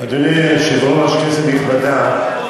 אדוני היושב-ראש, כנסת נכבדה,